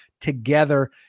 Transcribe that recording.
together